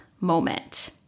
moment